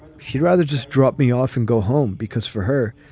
she'd rather just drop me off and go home. because for her,